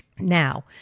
Now